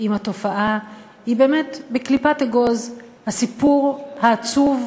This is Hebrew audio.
עם התופעה הוא באמת בקליפת אגוז הסיפור העצוב,